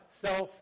self